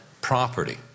property